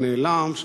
שנעלם,